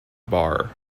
bar